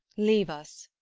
leave us.